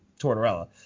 Tortorella